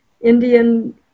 Indian